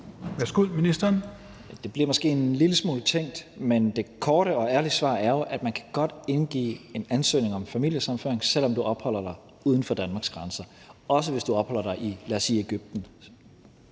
(Mattias Tesfaye): Det bliver måske en lille smule tænkt, men det korte og ærlige svar er jo, at man godt kan indgive en ansøgning om familiesammenføring, selv om man opholder sig uden for Danmarks grænser, også hvis man opholder sig, lad os sige i Egypten.